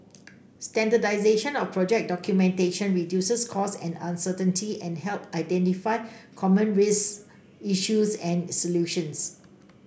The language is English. standardization of project documentation reduces costs and uncertainty and helps identify common risks issues and solutions